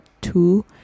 two